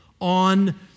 on